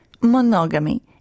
Monogamy